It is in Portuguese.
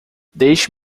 deixe